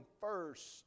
first